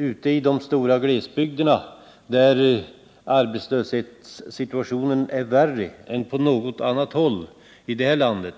Ute i de stora glesbygderna, där arbetslöshetssituationen är värre än på något annat håll i detta land,